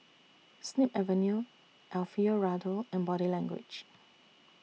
Snip Avenue Alfio Raldo and Body Language